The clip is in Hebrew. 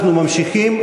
אנחנו ממשיכים,